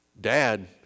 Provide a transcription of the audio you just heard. Dad